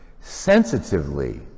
sensitively